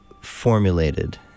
formulated